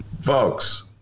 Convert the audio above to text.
folks